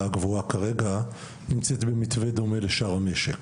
הגבוהה כרגע נמצאת במתווה דומה לשאר המשק.